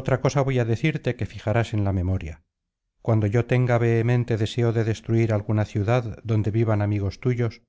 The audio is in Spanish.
otra cosa voy á decirte que fijarás en la memoria cuando yo tenga vehemente deseo de destruir alguna ciudad donde vivan amigos tuyos